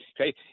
Okay